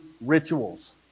rituals